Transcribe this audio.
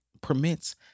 permits